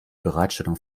bereitstellung